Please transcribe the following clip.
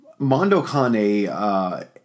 Mondokane